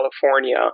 California